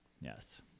Yes